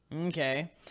okay